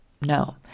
No